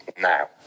now